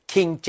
King